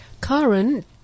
Karen